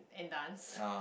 and dance